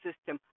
system